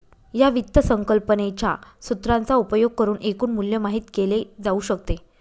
या वित्त संकल्पनेच्या सूत्राचा उपयोग करुन एकूण मूल्य माहित केले जाऊ शकते